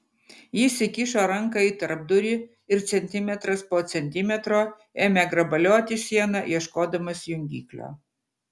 jis įkišo ranką į tarpdurį ir centimetras po centimetro ėmė grabalioti sieną ieškodamas jungiklio